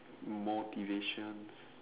motivation